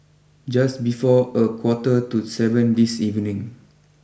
just before a quarter to seven this evening